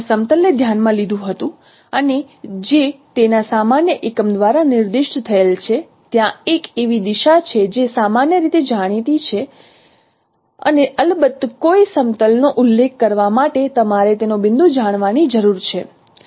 તમે સમતલ ને ધ્યાનમાં લીધું હતું અને જે તેના સામાન્ય એકમ દ્વારા નિર્દિષ્ટ થયેલ છે ત્યાં એક એવી દિશા છે જે સામાન્ય રીતે જાણીતી છે અને અલબત્ત કોઈ સમતલ નો ઉલ્લેખ કરવા માટે તમારે તેનો બિંદુ જાણવાની જરૂર છે